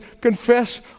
confess